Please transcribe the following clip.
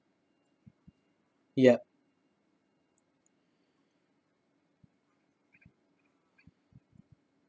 yup